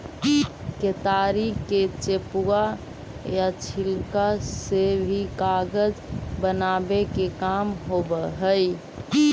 केतारी के चेपुआ या छिलका से भी कागज बनावे के काम होवऽ हई